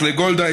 אח לגולדה,